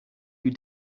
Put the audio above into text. you